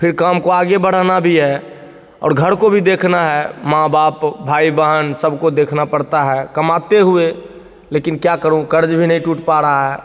फिर काम को आगे बढ़ाना भी ए और घर को भी देखना है माँ बाप भाई बहन सबको देखना पड़ता है कमाते हुए लेकिन क्या करूँ क़र्ज़ भी नय टूट पा रा है